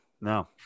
No